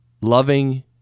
loving